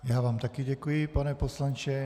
Já vám také děkuji, pane poslanče.